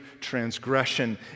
transgression